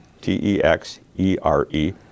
T-E-X-E-R-E